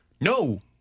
No